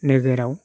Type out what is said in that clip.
नोगोराव